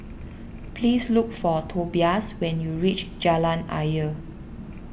please look for Tobias when you reach Jalan Ayer